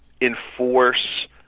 enforce